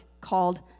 called